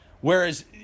whereas